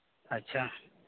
ᱟᱪᱪᱷᱟ